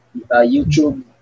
YouTube